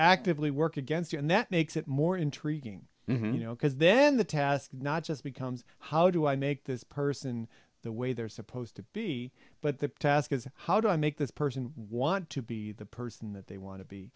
actively work against you and that makes it more intriguing you know because then the task not just becomes how do i make this person the way they're supposed to be but the task is how do i make this person want to be the person that they want to be